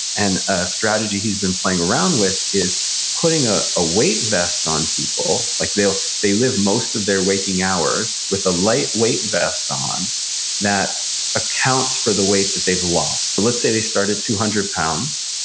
and a strategy he's been playing around with is putting a ah weight vest on people. like they they live most of their waking hours with a lightweight vest on that accounts for the weight that they've lost. let's say they start at two hundred pounds,